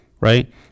right